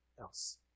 else